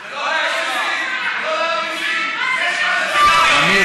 שר האוצר.